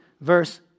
verse